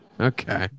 Okay